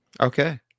Okay